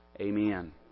Amen